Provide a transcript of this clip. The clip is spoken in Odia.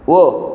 ଓ